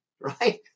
right